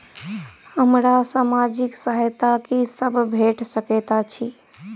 हमरा सामाजिक सहायता की सब भेट सकैत अछि?